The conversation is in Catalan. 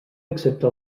excepte